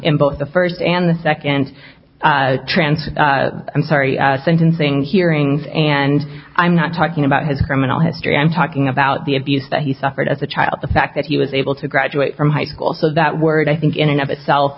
n both the first and the second tranche i'm sorry sentencing hearings and i'm not talking about his criminal history i'm talking about the abuse that he suffered as a child the fact that he was able to graduate from high school so that word i think in and of itself